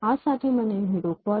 આ સાથે મને અહીં રોકાવા દો